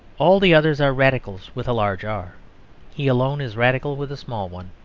all the others are radicals with a large r he alone is radical with a small one.